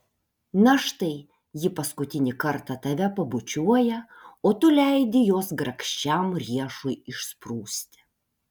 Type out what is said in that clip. na štai ji paskutinį kartą tave pabučiuoja o tu leidi jos grakščiam riešui išsprūsti